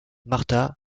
martha